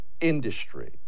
industry